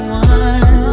one